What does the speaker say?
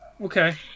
Okay